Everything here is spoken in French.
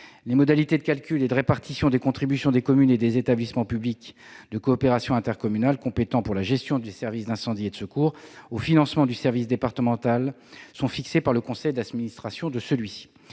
Les modalités de calcul et de répartition des contributions des communes et des établissements publics de coopération intercommunale compétents pour la gestion des services d'incendie et de secours au financement du service départemental d'incendie et de secours sont fixées par le conseil d'administration de celui-ci.